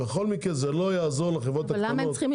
בכל מקרה זה לא יעזור לחברות הקטנות אם